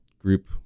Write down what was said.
group